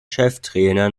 cheftrainer